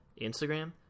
Instagram